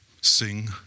sing